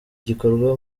gikorwa